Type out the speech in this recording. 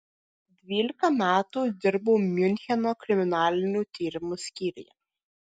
dvylika metų dirbau miuncheno kriminalinių tyrimų skyriuje